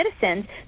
citizens